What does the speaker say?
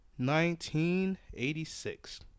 1986